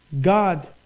God